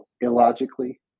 illogically